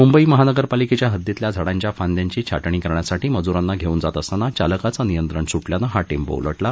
मुंबई महानगरपालिकेच्या हद्दीतल्या झाडांच्या फांद्यांची छाटणी करण्यासाठी मजुरांना घेऊन जात असताना चालकाचं नियंत्रण सुटल्यानं हा टेंपो उलटला